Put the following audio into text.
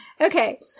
Okay